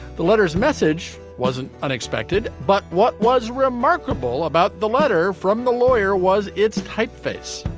the letter's message wasn't unexpected but what was remarkable about the letter from the lawyer was its typeface.